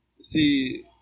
see